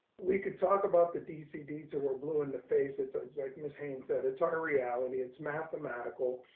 we could talk about the dcd to we're blue in the face. it's ah like ms. haynes said, it's our reality. it's mathematical.